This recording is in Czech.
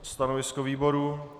Stanovisko výboru?